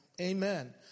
Amen